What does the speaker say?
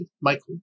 Michael